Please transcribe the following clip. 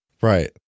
Right